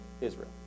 Israel